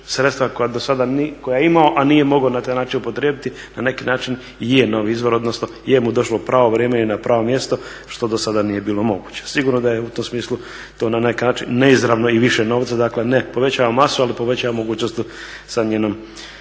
do sada, koja je imao a nije mogao na taj način upotrijebiti, na neki način i je novi izvor, odnosno je mu došlo pravo vrijeme i na pravo mjesto što do sada nije bilo moguće. Sigurno da je u tom smislu to na neki način neizravno i više novca, dakle ne povećava masu ali povećava mogućnost sa njenom